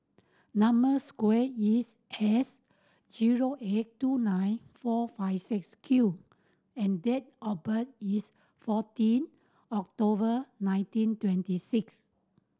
number square is S zero eight two nine four five six Q and date of birth is fourteen October nineteen twenty six